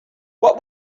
what